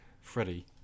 Freddie